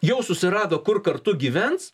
jau susirado kur kartu gyvens